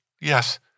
yes